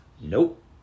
nope